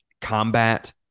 combat